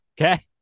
Okay